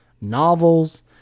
novels